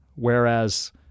Whereas